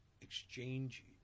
exchange